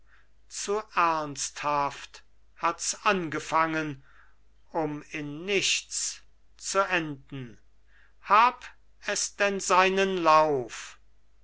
zu ernsthaft hats angefangen um in nichts zu enden hab es denn seinen lauf